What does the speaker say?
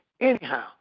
Anyhow